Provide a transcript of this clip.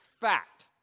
fact